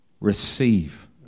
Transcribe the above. Receive